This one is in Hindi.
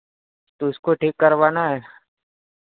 तो उसको ठीक करवाना है